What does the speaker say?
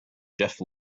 jeff